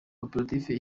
koperative